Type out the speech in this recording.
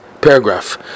paragraph